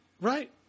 Right